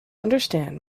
understand